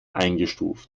eingestuft